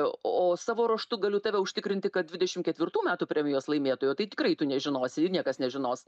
o savo ruožtu galiu tave užtikrinti kad dvidešimt ketvirtų metų premijos laimėtojo tai tikrai tu nežinosi ir niekas nežinos